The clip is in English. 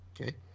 Okay